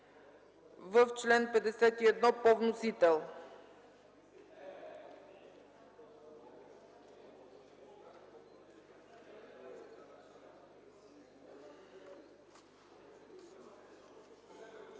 в чл. 51 по вносител.